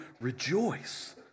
rejoice